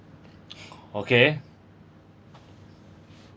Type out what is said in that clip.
okay